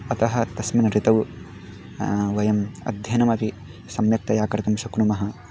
अतः तस्मिन् ऋतौ वयम् अध्ययनमपि सम्यक्तया कर्तुं शक्नुमः